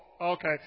okay